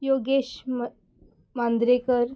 Yogesh M Mandrekar